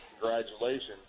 congratulations